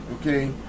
okay